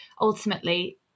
ultimately